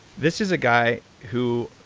this is a guy who,